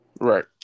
Right